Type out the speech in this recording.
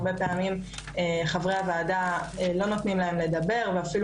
הרבה פעמים חברי הוועדה לא נותנים להם לדבר ואפילו